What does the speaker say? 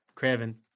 Kevin